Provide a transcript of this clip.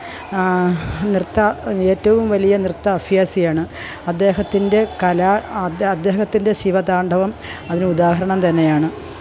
നൃത്തം ഏറ്റവും വലിയ നൃത്ത അഭ്യാസിയാണ് അദ്ദേഹത്തിന്റെ കല അദ്ദേഹത്തിന്റെ ശിവതാണ്ഡവം അതിന് ഉദാഹരണം തന്നെയാണ്